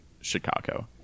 Chicago